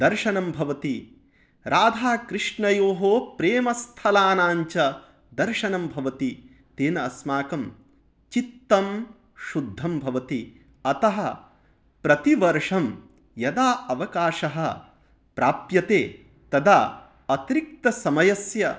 दर्शनं भवति राधाकृष्णयोः प्रेमस्थलानाञ्च दर्शनं भवति तेन अस्माकं चित्तं शुद्धं भवति अतः प्रतिवर्षं यदा अवकाशः प्राप्यते तदा अतिरिक्तसमयस्य